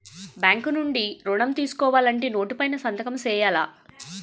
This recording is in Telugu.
బ్యాంకు నుండి ఋణం తీసుకోవాలంటే నోటు పైన సంతకం సేయాల